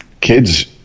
kids